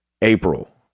April